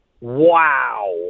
Wow